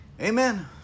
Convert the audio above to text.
amen